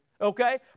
okay